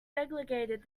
delegated